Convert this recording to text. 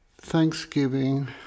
Thanksgiving